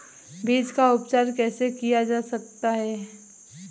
बीज का उपचार कैसे किया जा सकता है?